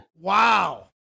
Wow